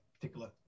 particular